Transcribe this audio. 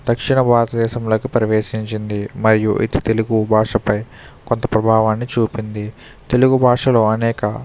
దక్షిణ భారతదేశంలోకి ప్రవేశించింది మరియు ఇది తెలుగు భాష పై కొత్త ప్రభావాన్ని చూపింది తెలుగు భాషలో అనేక